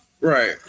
Right